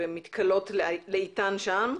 ומתכלות לאטן שם.